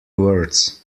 words